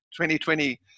2020